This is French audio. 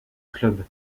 club